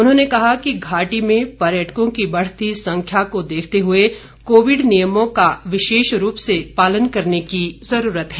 उन्होंने कहा कि घाटी में पर्यटकों की बढ़ती संख्या को देखते हुए कोविड नियमों का विशेष रूप से पालन करने की जरूरत हैं